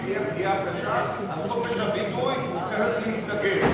שאם תהיה פגיעה קשה, חופש הביטוי צריך להיסגר,